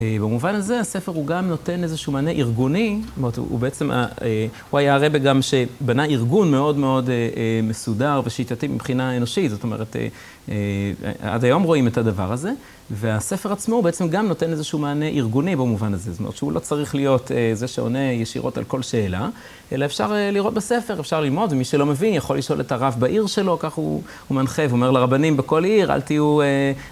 במובן הזה, הספר הוא גם נותן איזשהו מענה ארגוני. זאת אומרת, הוא בעצם, הוא היה הרבה גם שבנה ארגון מאוד מאוד מסודר ושיטתי מבחינה אנושית. זאת אומרת, עד היום רואים את הדבר הזה. והספר עצמו, הוא בעצם גם נותן איזשהו מענה ארגוני במובן הזה. זאת אומרת, שהוא לא צריך להיות זה שעונה ישירות על כל שאלה, אלא אפשר לראות בספר, אפשר ללמוד, ומי שלא מבין יכול לשאול את הרב בעיר שלו. כך הוא מנחה ואומר לרבנים בכל עיר, אל תהיו...